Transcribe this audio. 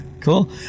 cool